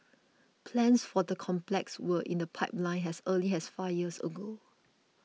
plans for the complex were in the pipeline as early as five years ago